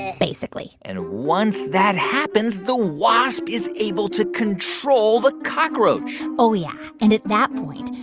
ah basically and once that happens, the wasp is able to control the cockroach oh, yeah. and at that point,